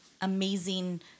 amazing